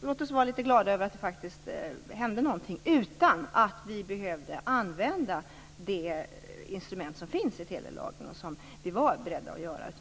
Låt oss vara litet glada över att det faktiskt hände någonting utan att vi behövde använda det instrument som finns i telelagen och som vi var beredda att